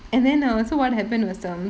and then hor so what happened was um